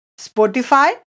Spotify